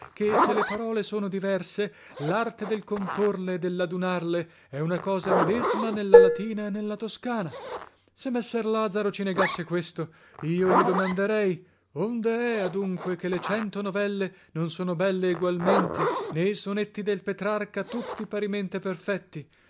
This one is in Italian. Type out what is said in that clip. ché se le parole sono diverse larte del comporle e delladunarle è una cosa medesma nella latina e nella toscana se messer lazaro ci negasse questo io li domanderei onde è adunque che le cento novelle non sono belle egualmente né i sonetti del petrarca tutti parimente perfetti